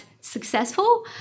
successful